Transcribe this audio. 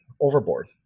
overboard